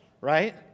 right